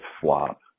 flop